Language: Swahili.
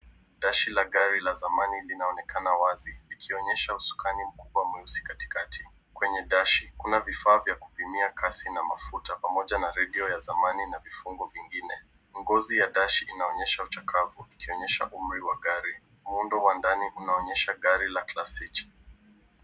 Dashi la gari la zamani, linaonekana wazi ikionyesha usukani mkubwa mweusi katikati. Kwenye dashi kuna vifaa vya kupimia kasi na mafuta, pamoja na redio ya zamani na vifungo vingine. Ngozi ya dashi inaonyesha uchakavu ikionyesha umri wa gari .Muundo wa ndani unaonyesha gari la classic .